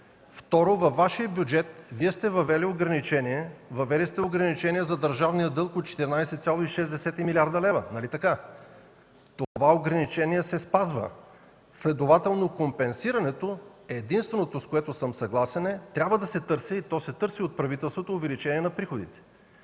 Второ, във Вашия бюджет Вие сте въвели ограничение за държавния дълг от 14,6 десети милиарда лева. Нали така? Това ограничение се спазва. Следователно, компенсирането, единственото, с което съм съгласен, е, че трябва да се търси и от правителството се търси увеличение на приходите.